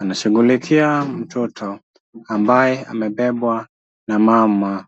anashughulikia mtoto ambaye amebebwa na mama.